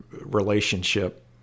relationship